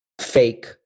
fake